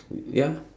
ya